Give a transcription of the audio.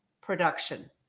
production